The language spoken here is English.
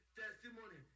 testimony